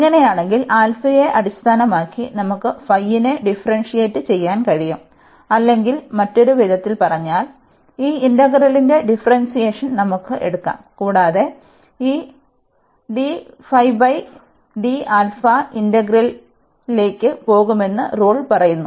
ഇങ്ങനെയാണെങ്കിൽ യെ അടിസ്ഥാനമാക്കി നമുക്ക് നെ ഡിഫറെന്സിയേറ്റ് ചെയ്യാൻ കഴിയും അല്ലെങ്കിൽ മറ്റൊരു വിധത്തിൽ പറഞ്ഞാൽ ഈ ഇന്റഗ്രലിന്റെ ഡിഫറെന്സിയേഷൻ നമുക്ക് എടുക്കാം കൂടാതെ ഈ ഇന്റഗ്രലിലേക്ക് പോകുമെന്ന് റൂൾ പറയുന്നു